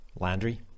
Landry